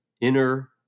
inner